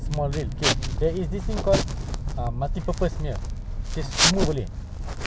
aku tahu yang aku boleh beli multipurpose punya kata yang screwdriver